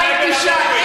אתה טועה.